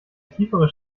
tiefere